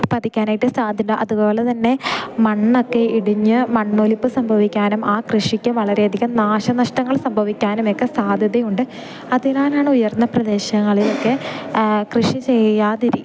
പതിക്കാനായിട്ട് സാധ്യത അതുപോലെ തന്നെ മണ്ണൊക്കെ ഇടിഞ്ഞ് മണൊലിപ്പ് സംഭവിക്കാനും ആ കൃഷിക്ക് വളരെയധികം നാശനഷ്ടങ്ങൾ സംഭവിക്കാനുമൊക്കെ സാധ്യതയുണ്ട് അതിനാലാണ് ഉയർന്ന പ്രദേശങ്ങളിലൊക്കെ കൃഷി ചെയ്യാതിരി